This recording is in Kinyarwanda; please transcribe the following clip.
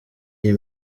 iyi